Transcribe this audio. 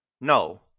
No